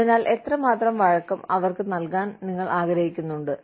അതിനാൽ എത്രമാത്രം വഴക്കം അവർക്ക് നൽകാൻ നിങ്ങൾ ആഗ്രഹിക്കുന്നുണ്ടോ